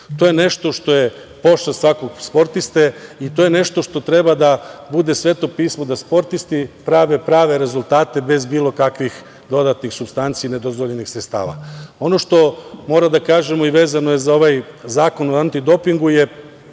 To je nešto što je pošast svakog sportiste i to je nešto što treba da bude Sveto pismo, da sportisti prave prave rezultate bez bilo kakvih dodatnih supstanci i nedozvoljenih sredstava. Ono što moramo da kažemo i vezano je za ovaj Zakon o antidopingu je